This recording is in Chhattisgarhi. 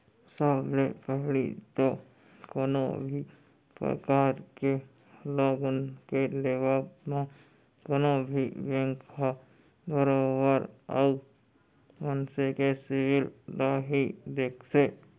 सब ले पहिली तो कोनो भी परकार के लोन के लेबव म कोनो भी बेंक ह बरोबर ओ मनसे के सिविल ल ही देखथे